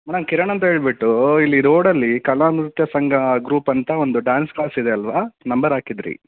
madam Kiran ಅಂತ ಹೇಳಿಬಿಟ್ಟು ಇಲ್ಲಿ ರೋಡಲ್ಲಿ ಕಲಾ ನೃತ್ಯ ಸಂಘ ಗ್ರೂಪಂತ ಒಂದು ಡ್ಯಾನ್ಸ್ ಕ್ಲಾಸ್ ಇದೆ ಅಲ್ಲವಾ ನಂಬರ್ ಹಾಕಿದ್ರಿ